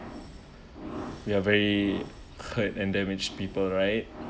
we are very hurt and damaged people right